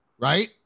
right